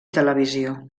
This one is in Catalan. televisió